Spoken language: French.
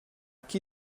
qui